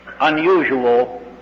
unusual